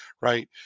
right